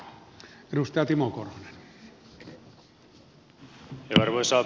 arvoisa puhemies